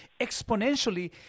exponentially